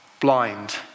blind